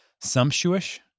sumptuous